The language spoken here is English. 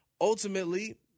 Ultimately